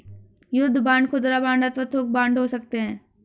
युद्ध बांड खुदरा बांड अथवा थोक बांड हो सकते हैं